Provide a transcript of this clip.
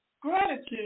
Gratitude